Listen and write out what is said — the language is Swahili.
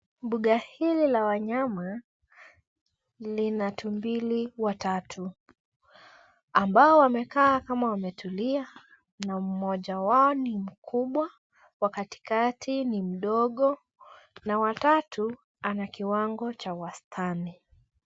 Mbuga hili la wanyama linatumbili watatu. Ambao wamekaa kama wametulia na mmoja wao ni mkubwa wa katikati ni mdogo na watatu anakiwango cha wastani.